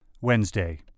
Wednesday